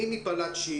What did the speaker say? מימי פלאטשי.